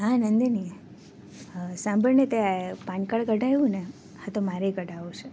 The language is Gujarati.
હા નંદની સાંભળને તે પાનકાર્ડ કઢાવ્યું ને તો મારેય કઢાવવું છે